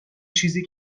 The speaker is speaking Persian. چیزی